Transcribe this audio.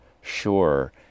sure